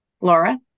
Laura